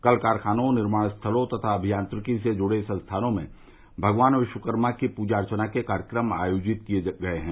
कल कारखानों निर्माण स्थलों तथा आभियंत्रिकी से जुड़े संस्थानों में भगवान विश्वकर्मा की पूजा अर्चना के कार्यक्रम आयोजित किए गये हैं